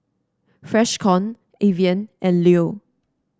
Freshkon Evian and Leo